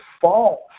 false